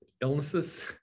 illnesses